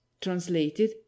translated